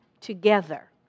together